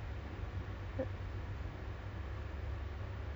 ya lah kan kalau kerja online pun macam